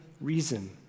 reason